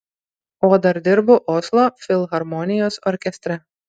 o dar dirbu oslo filharmonijos orkestre